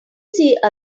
see